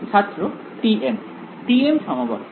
ছাত্র TM TM সমবর্তন